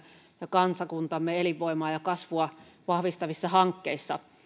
ja kansakuntamme elinvoimaa ja kasvua vahvistavissa hankkeissa